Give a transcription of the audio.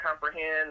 comprehend